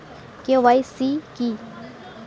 KYC কি?